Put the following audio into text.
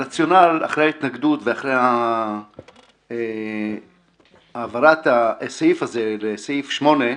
הרציונל אחרי ההתנגדות ואחרי העברת הסעיף הזה לסעיף 8,